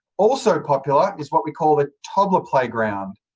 also popular is what we call the toddler playground.